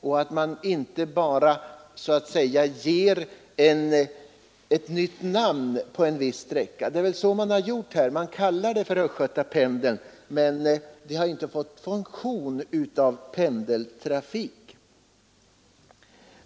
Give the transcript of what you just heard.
Man får inte bara så att säga ge trafiken ett nytt namn på en viss sträcka. Det är så man har gjort här. Man kallar det Östgötapendeln, men det har inte fått funktion av pendeltrafik.